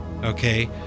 Okay